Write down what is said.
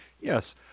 Yes